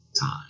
time